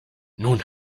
nun